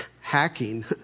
hacking